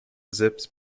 zip’s